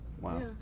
wow